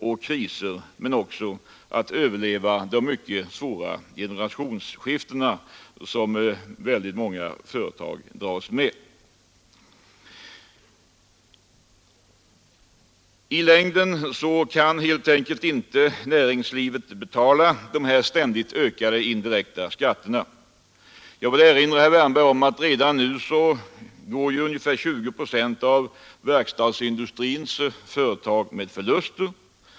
Vi skulle också kunna överleva de mycket svåra generationsskiftena som väldigt många företag dras med. Näringslivet kan i längden helt enkelt inte betala de ständigt ökade indirekta skatterna. Jag vill erinra herr Wärnberg om att redan nu går ungefär 20 procent av verkstadsindustrins företag med förlust.